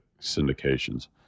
syndications